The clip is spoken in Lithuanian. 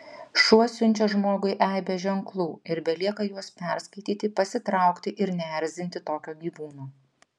šuo siunčia žmogui aibę ženklų ir belieka juos perskaityti pasitraukti ir neerzinti tokio gyvūno